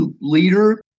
leader